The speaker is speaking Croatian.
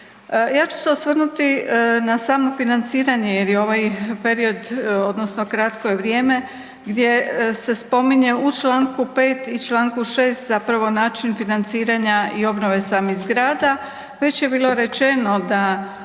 Ja ću se osvrnuti na samo financiranje jer je ovaj period odnosno kratko je vrijeme gdje se spominje u čl. 5. i čl. 6. zapravo način financiranja i obnove samih zgrada,